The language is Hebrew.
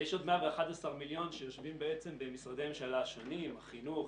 יש עוד 111 מיליון שיושבים בעצם במשרדי הממשלה השונים: החינוך,